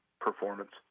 performance